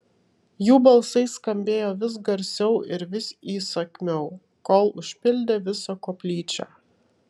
jų balsai skambėjo vis garsiau ir vis įsakmiau kol užpildė visą koplyčią